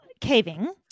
caving